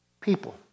People